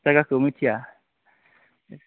जायगाखौ मिथिया